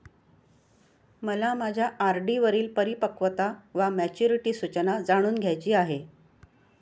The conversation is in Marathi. मला माझ्या आर.डी वरील परिपक्वता वा मॅच्युरिटी सूचना जाणून घ्यायची आहे